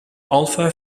alpha